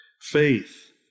Faith